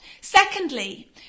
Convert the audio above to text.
Secondly